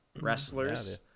wrestlers